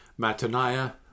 Mataniah